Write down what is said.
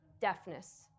deafness